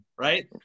Right